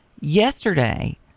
Yesterday